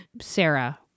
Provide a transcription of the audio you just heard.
Sarah